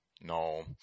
No